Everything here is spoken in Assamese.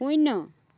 শূন্য